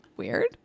weird